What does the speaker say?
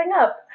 up